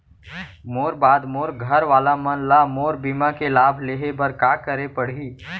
मोर बाद मोर घर वाला मन ला मोर बीमा के लाभ लेहे बर का करे पड़ही?